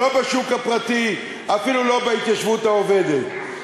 לא בשוק הפרטי, אפילו לא בהתיישבות העובדת.